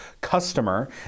customer